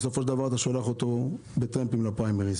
בסופו של דבר אתה שולח אותו בטרמפים לפריימריז.